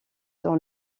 dans